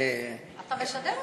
אתה משדר אותם.